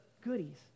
goodies